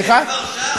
יוסי,